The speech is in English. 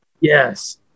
yes